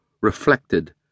reflected